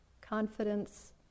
confidence